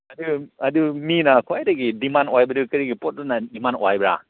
ꯑꯗꯨ ꯑꯗꯨ ꯃꯤꯅ ꯈ꯭ꯋꯥꯏꯗꯒꯤ ꯗꯤꯃꯥꯟ ꯑꯣꯏꯕꯗꯨ ꯀꯔꯤꯒꯤ ꯄꯣꯠꯇꯨꯅ ꯗꯤꯃꯥꯟ ꯑꯣꯏꯕ꯭ꯔꯥ